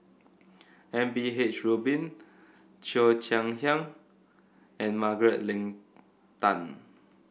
M P H Rubin Cheo Chai Hiang and Margaret Leng Tan